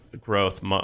growth